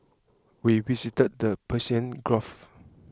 we visited the Persian Gulf